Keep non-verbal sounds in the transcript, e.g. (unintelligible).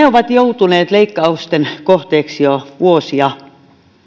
(unintelligible) ovat joutuneet leikkausten kohteeksi jo vuosia